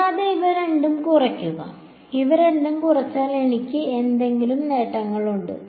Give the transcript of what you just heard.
കൂടാതെ ഇവ രണ്ടും കുറയ്ക്കുക ഇവ രണ്ടും കുറച്ചാൽ എനിക്ക് എന്തെങ്കിലും നേട്ടങ്ങൾ ഉണ്ട്